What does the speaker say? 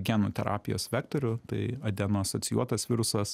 genų terapijos vektorių tai adeno asocijuotas virusas